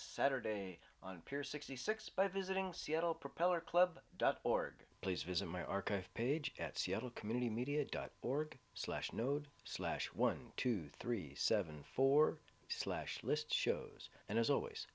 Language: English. saturday on pier sixty six by visiting seattle propeller club dot org please visit my archive page at seattle community media dot org slash node slash one two three seven four slash list shows and as always